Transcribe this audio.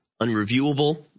unreviewable